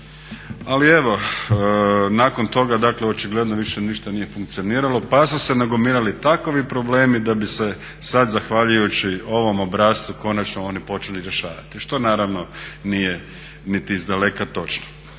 Ali evo nakon toga dakle očigledno više ništa nije funkcioniralo pa su se nagomilali takvi problemi da bi se sada zahvaljujući ovom obrascu konačno oni počeli rješavati što naravno nije niti izdaleka točno.